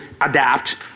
adapt